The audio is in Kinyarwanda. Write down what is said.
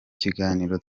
kiganiro